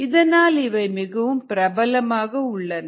இதனால் இவை மிகவும் பிரபலமாக உள்ளன